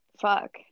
fuck